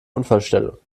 unfallstelle